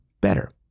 better